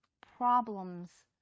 problems